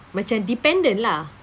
macam dependent lah